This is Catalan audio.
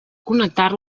connectar